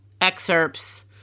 excerpts